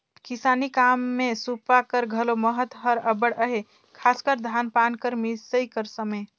किसानी काम मे सूपा कर घलो महत हर अब्बड़ अहे, खासकर धान पान कर मिसई कर समे